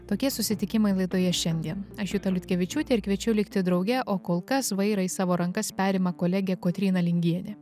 tokie susitikimai laidoje šiandien aš juta liutkevičiūtė ir kviečiu likti drauge o kol kas vairą į savo rankas perima kolegė kotryna lingienė